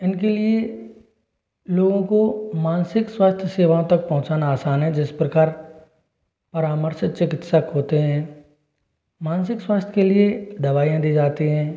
इनके लिए लोगों को मानसिक स्वास्थ्य सेवा तक पहुंचना आसान है जिस प्रकार परामर्शित चिकित्सक होते हैं मानसिक स्वास्थ्य के लिए दवाइयां दी जाती हैं